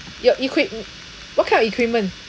your equipm~ what kind of equipment